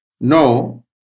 No